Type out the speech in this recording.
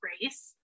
grace